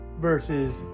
versus